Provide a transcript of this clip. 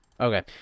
Okay